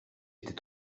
était